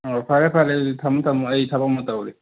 ꯑꯣ ꯐꯔꯦ ꯐꯔꯦ ꯑꯗꯨꯗꯤ ꯊꯝꯃꯣ ꯊꯝꯃꯣ ꯑꯩ ꯊꯕꯛ ꯑꯃ ꯇꯧꯔꯤ